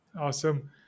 Awesome